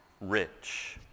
rich